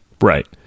Right